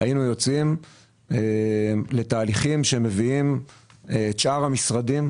היינו יוצאים לתהליכים שמביאים את שאר המשרדים